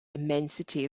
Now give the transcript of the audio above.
immensity